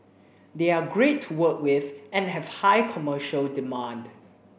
they are great to work with and have high commercial demand